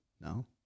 No